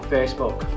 Facebook